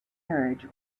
carriage